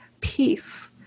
peace